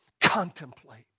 contemplate